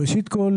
ראשית כל,